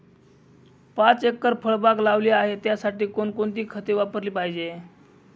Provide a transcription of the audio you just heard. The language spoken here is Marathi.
पाच एकर फळबाग लावली आहे, त्यासाठी कोणकोणती खते वापरली पाहिजे?